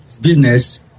Business